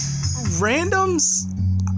randoms